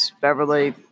Beverly